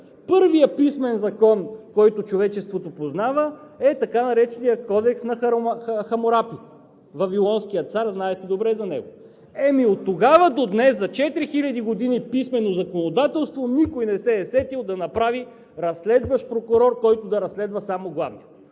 Първият писмен закон, който човечеството познава, е така нареченият Кодекс на Хамурапи – вавилонският цар, знаете добре за него. Ами оттогава до днес за четири хиляди години писмено законодателство никой не се е сетил да направи разследващ прокурор, който да разследва само главния.